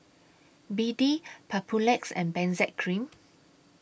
B D Papulex and Benzac Cream